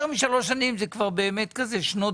יותר משלוש שנים זה כבר באמת כזה שנות